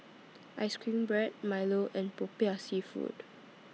Ice Cream Bread Milo and Popiah Seafood